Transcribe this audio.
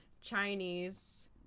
Chinese